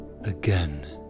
again